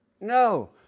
No